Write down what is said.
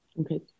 Okay